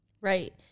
right